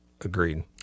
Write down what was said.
Agreed